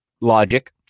logic